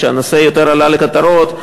כשהנושא יותר עלה לכותרות,